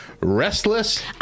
Restless